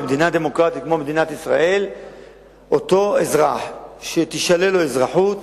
במדינה דמוקרטית כמו מדינת ישראל אותו אזרח שתישלל לו אזרחות,